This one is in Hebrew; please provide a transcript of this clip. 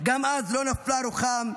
וגם אז לא נפלה רוחם,